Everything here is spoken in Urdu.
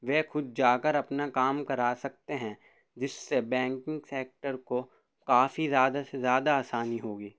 وہ خود جا کر اپنا کام کرا سکتے ہیں جس سے بینکنگ سیکٹر کو کافی زیادہ سے زیادہ آسانی ہوگی